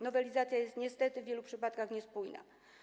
Nowelizacja jest niestety w wielu przypadkach niespójna.